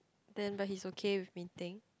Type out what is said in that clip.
then but he's okay with meeting